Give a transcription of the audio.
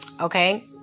okay